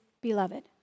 beloved